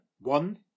one